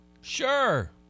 Sure